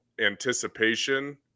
anticipation